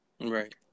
Right